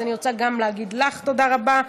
אז אני רוצה גם לך להגיד תודה רבה.